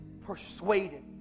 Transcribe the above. persuaded